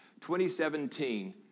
2017